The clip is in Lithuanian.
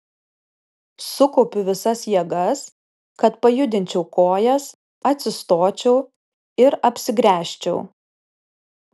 sukaupiu visas jėgas kad pajudinčiau kojas atsistočiau ir apsigręžčiau